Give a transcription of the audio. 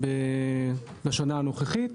בשנה הנוכחית.